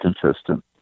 consistent